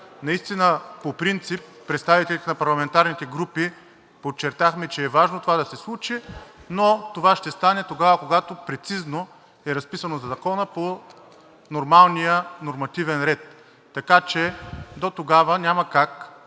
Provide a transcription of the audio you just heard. Наистина по принцип представителите на парламентарните групи подчертахме, че е важно това да се случи, но това ще стане тогава, когато прецизно е разписано в Закона по нормалния нормативен ред. Така че дотогава няма как